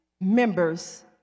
members